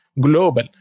global